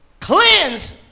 cleanse